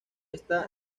esta